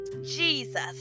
jesus